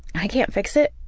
i can't fix it